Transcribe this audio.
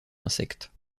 insectes